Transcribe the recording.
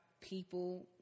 people